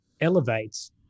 elevates